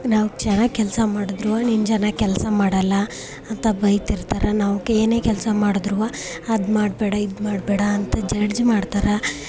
ನಾವು ಚೆನ್ನಾಗಿ ಕೆಲಸ ಮಾಡಿದರೂ ನೀನು ಚೆನ್ನಾಗಿ ಕೆಲಸ ಮಾಡೋಲ್ಲ ಅಂತ ಬೈತಿರ್ತಾರೆ ನಾವು ಏನೇ ಕೆಲಸ ಮಾಡಿದ್ರೂ ಅದು ಮಾಡಬೇಡ ಇದು ಮಾಡಬೇಡ ಅಂತ ಜಡ್ಜ್ ಮಾಡ್ತಾರೆ